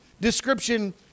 description